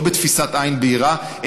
לא בתפיסת עין בהירה,